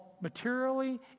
materially